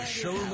show